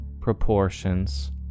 proportions